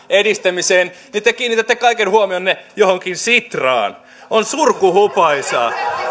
edistämiseen te kiinnitätte kaiken huomionne johonkin sitraan on surkuhupaisaa